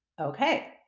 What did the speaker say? Okay